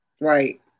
Right